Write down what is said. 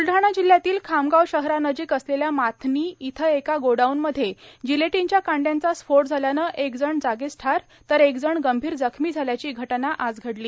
बुलढाणा जिल्ह्यातील खामगाव शहरानजीक असलेल्या माथनी इथं एका गोडाउन मध्ये जिर्लोटनच्या कांड्याचा स्फोट झाल्यानं एक जण जागीच ठार तर एक जण गंभीर जखमी झाल्याची घटना आज घडली